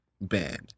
band